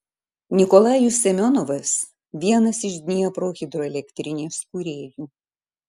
nikolajus semionovas vienas iš dniepro hidroelektrinės kūrėjų